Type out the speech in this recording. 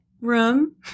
room